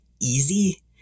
easy